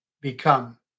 become